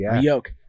yoke